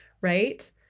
right